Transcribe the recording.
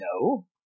No